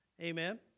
Amen